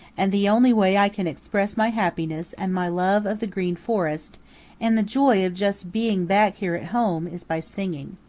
and the only way i can express my happiness and my love of the green forest and the joy of just being back here at home is by singing.